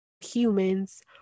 humans